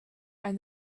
and